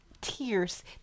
tears